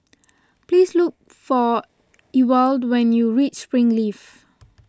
please look for Ewald when you reach Springleaf